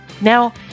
Now